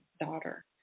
daughter